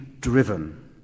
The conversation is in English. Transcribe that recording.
driven